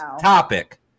topic